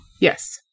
Yes